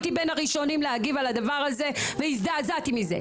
הייתי בין הראשונים להגיב על הדבר הזה והזדעזעתי מזה,